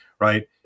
right